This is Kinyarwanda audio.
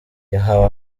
yahawe